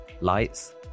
lights